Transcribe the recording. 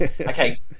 okay